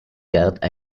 gerd